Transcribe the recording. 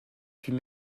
puis